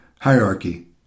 Hierarchy